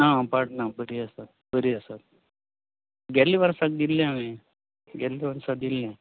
आं पाड ना बरी आसा बरी आसात गेल्ले वर्साक दिल्लें हांवें गेल्लें वर्सा दिल्लें